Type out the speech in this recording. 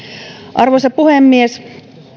arvoisa puhemies